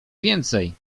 więcej